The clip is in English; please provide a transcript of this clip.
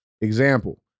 Example